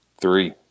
Three